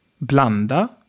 Blanda